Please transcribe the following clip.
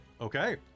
Okay